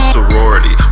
Sorority